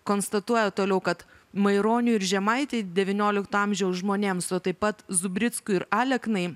konstatuoja toliau kad maironiui ir žemaitei devyniolikto amžiaus žmonėms o taip pat zubrickui ir aleknai